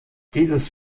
dieses